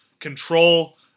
control